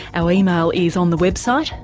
our email is on the website.